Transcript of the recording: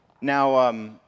Now